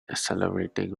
accelerating